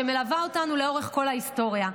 שמלווה אותנו לאורך ההיסטוריה.